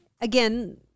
again